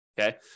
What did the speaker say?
okay